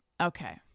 Okay